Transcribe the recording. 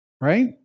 Right